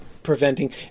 preventing